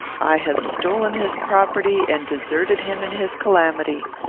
i have stolen his property, and deserted him in his calamity.